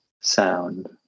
sound